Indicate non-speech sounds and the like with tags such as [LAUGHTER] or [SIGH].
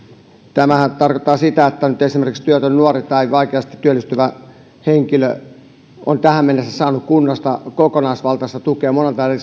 tämähän tarkoittaa sitä että kun nyt esimerkiksi työtön nuori ja vaikeasti työllistyvä henkilö ovat tähän mennessä saaneet kunnasta kokonaisvaltaista tukea monelta eri [UNINTELLIGIBLE]